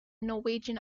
norwegian